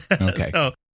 Okay